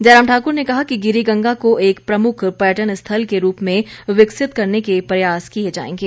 जयराम ठाक्र ने कहा कि गिरी गंगा को एक प्रमुख पर्यटन स्थल के रूप में विकसित करने के प्रयास किए जाएंगे